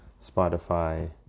Spotify